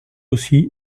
aussi